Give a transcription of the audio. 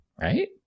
Right